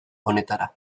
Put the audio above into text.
honetara